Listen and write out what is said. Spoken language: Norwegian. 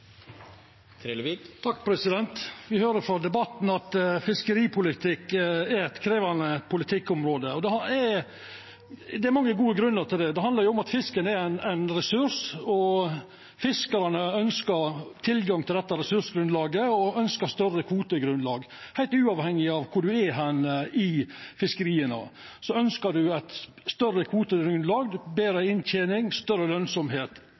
eit krevjande politikkområde. Det er mange gode grunnar til det. Det handlar om at fisken er ein ressurs, og at fiskarane ønskjer tilgang til dette ressursgrunnlaget og ønskjer større kvotegrunnlag. Heilt uavhengig av kvar i fiskeria ein er, ønskjer ein eit større kvotegrunnlag, betre inntening og større